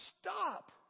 Stop